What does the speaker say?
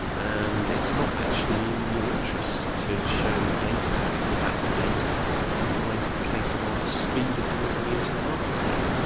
and it's not actually in your interest to show data if that data undermines the case about the speed of delivery into the marketplace.